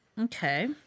Okay